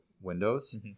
windows